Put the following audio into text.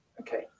Okay